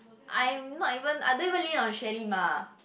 I'm not even I don't even lean on Xui-Lim ah